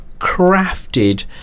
crafted